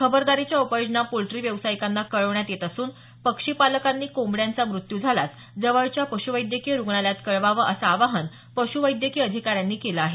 खबरदारीच्या उपाययोजना पोल्ट्री व्यावसायिकांना कळवण्यात येत असून पक्षीपालकांनी कोंबड्यांचा मृत्यू झाल्यास जवळच्या पश्वैद्यकीय रुग्णालयात कळवावं असं आवाहन पश् वैद्यकीय अधिकार्यांनी केलं आहे